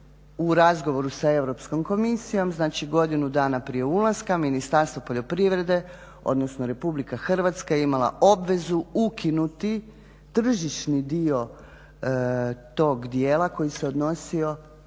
u razgovoru sa Europskom komisijom, znači godinu dana prije ulaska Ministarstvo poljoprivrede odnosno Republika Hrvatska je imala obvezu ukinuti tržišni dio tog dijela koji se odnosio